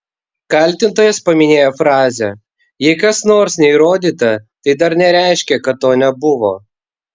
kaltintojas paminėjo frazę jei kas nors neįrodyta tai dar nereiškia kad to nebuvo